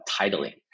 titling